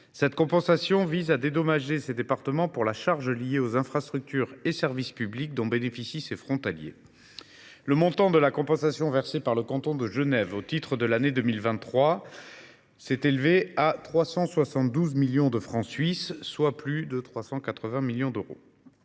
Cette somme vise à dédommager ces départements pour la charge liée aux infrastructures et aux services publics dont bénéficient ces frontaliers. Le montant de la compensation versée par le canton de Genève au titre de l’année 2023 s’est élevé à 372 millions de francs suisses, soit plus de 380 millions d’euros.